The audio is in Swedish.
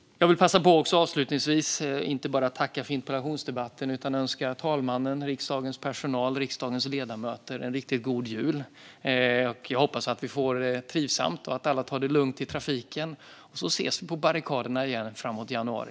Jag vill avslutningsvis passa på att inte bara tacka för interpellationsdebatten utan också önska talmannen, riksdagens personal och riksdagens ledamöter en riktigt god jul. Jag hoppas att vi får det trivsamt och att alla tar det lugnt i trafiken, så ses vi på barrikaderna framåt januari.